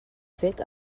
fet